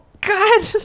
God